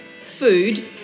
food